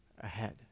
ahead